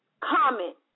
comment